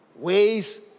Ways